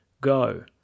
Go